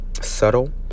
subtle